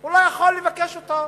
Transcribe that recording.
הוא לא יכול לבקש אותה.